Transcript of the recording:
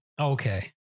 Okay